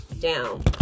down